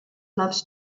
loves